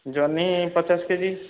ଜହ୍ନି ପଚାଶ K G